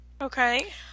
Okay